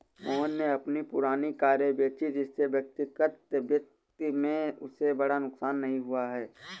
मोहन ने अपनी पुरानी कारें बेची जिससे व्यक्तिगत वित्त में उसे बड़ा नुकसान नहीं हुआ है